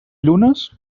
llunes